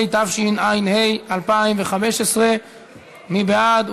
התשע"ה 2015. מי בעד?